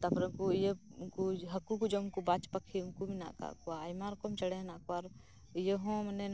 ᱛᱟᱨᱯᱚᱨᱮ ᱤᱭᱟᱹ ᱩᱱᱠᱩ ᱦᱟᱹᱠᱩ ᱠᱚ ᱡᱚᱢ ᱠᱚ ᱵᱟᱡ ᱪᱮᱬᱮ ᱩᱱᱠᱩ ᱢᱮᱱᱟᱜ ᱠᱟᱜ ᱠᱚᱣᱟ ᱟᱭᱢᱟ ᱨᱚᱠᱚᱢ ᱪᱮᱬᱮ ᱢᱮᱱᱟᱜ ᱠᱟᱜ ᱠᱚᱣᱟ ᱟᱨ ᱤᱭᱟᱹ ᱦᱚᱸ ᱢᱟᱱᱮ